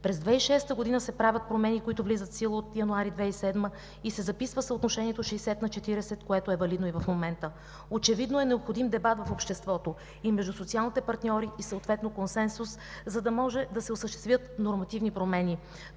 През 2006 г. се правят промени, които влизат в сила от месец януари 2007 г., и се записва съотношението 60 на 40, което е валидно и в момента. Очевидно е необходим дебат в обществото и между социалните партньори и съответно консенсус, за да може да се осъществят нормативни промени.